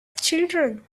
children